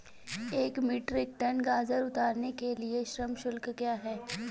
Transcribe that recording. एक metric ton गाजर उतारने के लिए श्रम शुल्क क्या है?